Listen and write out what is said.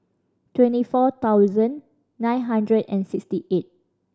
twenty four thousand nine hundred and sixty eight